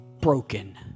broken